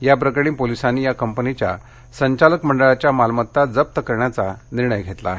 याप्रकरणी पोलिसांनी या कंपनीच्या संचालक मंडळाच्या मालमत्ता जप्त करण्याचा निर्णय घेतला आहे